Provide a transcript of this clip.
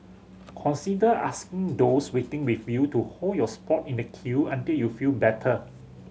consider asking those waiting with you to hold your spot in the queue until you feel better